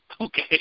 okay